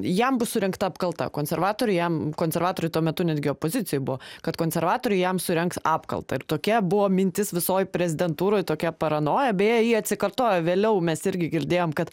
jam bus surengta apkalta konservatoriai jam konservatorių tuo metu netgi opozicijoj buvo kad konservatoriai jam surengs apkaltą ir tokia buvo mintis visoj prezidentūroj tokia paranoja bei ji atsikartoja vėliau mes irgi girdėjom kad